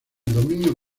dominio